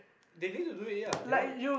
they need to do it ya they want